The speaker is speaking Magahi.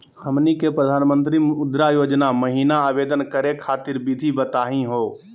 हमनी के प्रधानमंत्री मुद्रा योजना महिना आवेदन करे खातीर विधि बताही हो?